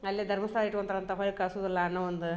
ಅಲ್ಲಿ ಧರ್ಮಸ್ಥಳ ಇಟ್ಕೊಂತಾರ ಅಂತ ಹೊಯ್ ಕಳ್ಸುದಿಲ್ಲ ಅನ್ನೋ ಒಂದು